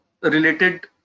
related